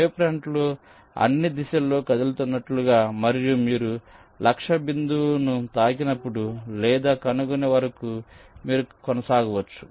wave ఫ్రంట్లు అన్ని దిశల్లో కదులుతున్నట్లుగా మరియు మీరు లక్ష్య బిందువును తాకినప్పుడు లేదా కనుగొనే వరకు మీరు కొనసాగవచ్చు